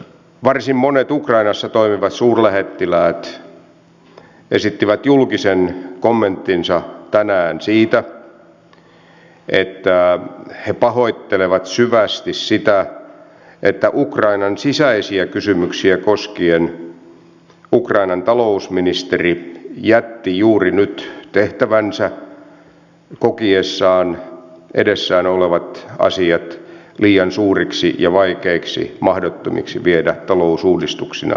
varsin monet ukrainassa toimivat suurlähettiläät esittivät julkisen kommenttinsa tänään siitä että he pahoittelevat syvästi sitä että ukrainan sisäisiä kysymyksiä koskien ukrainan talousministeri jätti juuri nyt tehtävänsä kokiessaan edessään olevat asiat liian suuriksi ja vaikeiksi mahdottomiksi viedä talousuudistuksina läpi ukrainassa